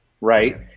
right